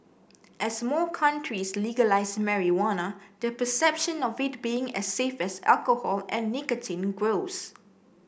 as more countries legalise marijuana the perception of it being as safe as alcohol and nicotine grows